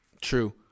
True